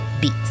Beats